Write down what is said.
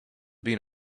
been